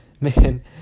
man